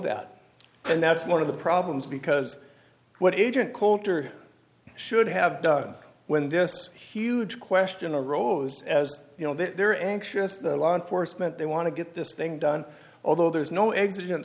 that and that's one of the problems because what agent coulter should have done when this huge question arose as you know they're anxious the law enforcement they want to get this thing done although there's no exi